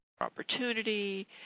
opportunity